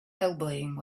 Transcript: elbowing